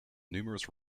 numerous